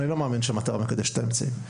אני לא מאמין שהמטרה מקדשת את האמצעים,